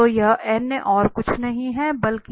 तो यह और कुछ नहीं है बल्कि